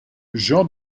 jean